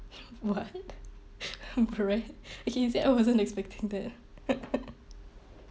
what bread okay you see I wasn't expecting that